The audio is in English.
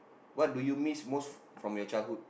what do you miss most from your childhood